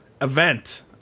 event